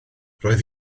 roedd